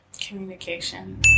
Communication